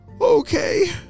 Okay